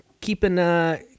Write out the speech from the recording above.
keeping